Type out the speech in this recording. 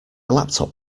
laptop